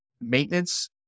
maintenance